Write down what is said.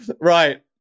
Right